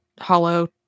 Hollow